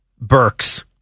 Burks